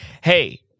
Hey